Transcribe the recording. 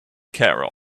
care